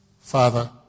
Father